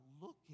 looking